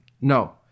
no